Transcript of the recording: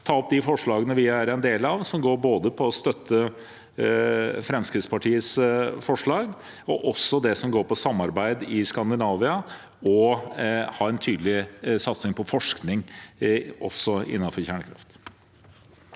de forslagene vi er med på, de som går på støtte til Fremskrittspartiets forslag, og også det som går på samarbeid i Skandinavia og å ha en tydelig satsing på forskning også innenfor kjernekraft.